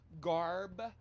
garb